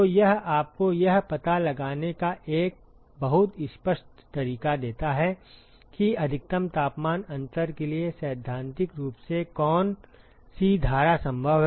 तो यह आपको यह पता लगाने का एक बहुत स्पष्ट तरीका देता है कि अधिकतम तापमान अंतर के लिए सैद्धांतिक रूप से कौन सी धारा संभव है